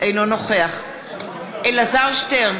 אינו נוכח אלעזר שטרן,